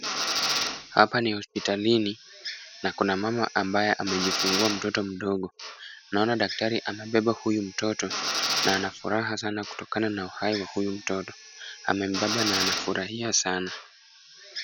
Hapa ni hospitalini na kuna mama ambaye amejifungua mtoto mdogo. Naona daktari amebeba huyu mtoto na anafuraha sana kutokana na uhai wa huyu mtoto. Amembeba na anafurahia sana.